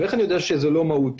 איך אני יודע שזה לא מהותי?